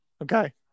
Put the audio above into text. Okay